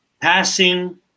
passing